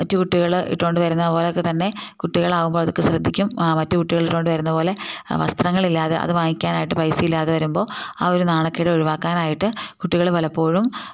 മറ്റു കുട്ടികൾ ഇട്ടുകൊണ്ട് വരുന്ന പോലെയൊക്കെ തന്നെ കുട്ടികളാവുമ്പോൾ അതൊക്കെ ശ്രദ്ധിക്കും ആ മറ്റു കുട്ടിക്കളിയുണ്ട് വരുന്നത് പോലെ വസ്ത്രങ്ങളില്ലാതെ അത് വാങ്ങിക്കാനായിട്ട് പൈസ ഇല്ലാത വരുമ്പോ ആ ഒരു നാണക്കേട് ഒഴിവാക്കാനായിട്ട് കുട്ടികൾ പലപ്പോഴും